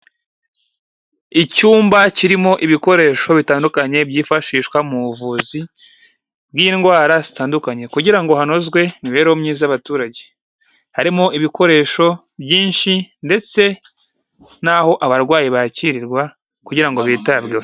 Icyumba kirimo ibikoresho bitandukanye byifashishwa mu buvuzi, bw'indwara zitandukanye, kugira ngo hanozwe imibereho myiza y'abaturage. Harimo ibikoresho byinshi ndetse n'aho abarwayi bakirirwa kugira ngo bitabweho.